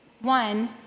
One